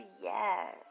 yes